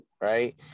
right